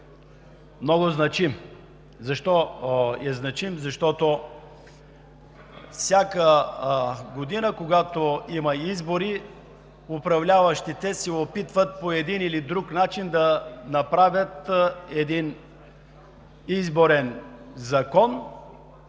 много значим. Защо е значим? Защото всяка година, когато има избори, управляващите се опитват по един или друг начин да направят изборен закон